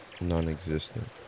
non-existent